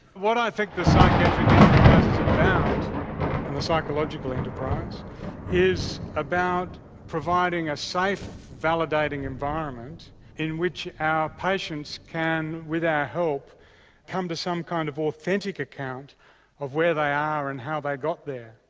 what i think the psychiatric enterprise is about and the psychological enterprise is about providing a safe validating environment in which our patients can with our help come to some kind of authentic account of where they are and how they got there.